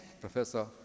Professor